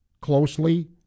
closely